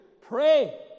pray